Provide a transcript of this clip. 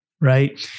right